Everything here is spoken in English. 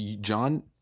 John